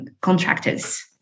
contractors